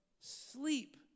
sleep